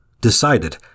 decided